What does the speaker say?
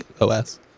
OS